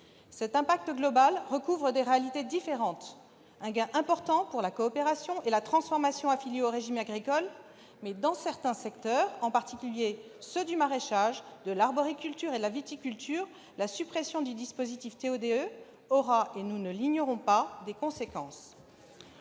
Cet impact global recouvre des réalités différentes : un gain important pour la coopération et la transformation affiliées au régime agricole, mais, dans certains secteurs, en particulier le maraîchage, l'arboriculture et la viticulture, la suppression du dispositif TODE aura- et nous ne l'ignorons pas -des conséquences.